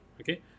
okay